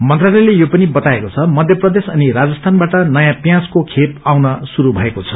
मंत्रालयले यो पनि बताएको छ मध्य प्रदेश अनि राजस्थान बाट नयाँ प्याजको खेप आउन शुरू भएको छ